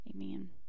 Amen